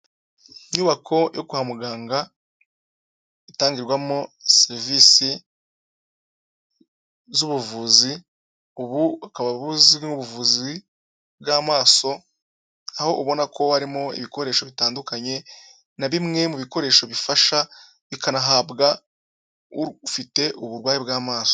Inyubako yo kwa muganga itangirwamo serivisi z'ubuvuzi, ubu bukaba buzwi nk'ubuvuzi bw'amaso, aho ubona ko harimo ibikoresho bitandukanye na bimwe mu bikoresho bifasha bikanahabwa ufite uburwayi bw'amaso.